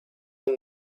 into